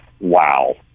Wow